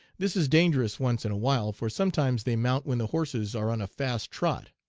this is dangerous once in a while, for sometimes they mount when the horses are on a fast trot.